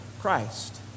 Christ